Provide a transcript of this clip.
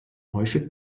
häufig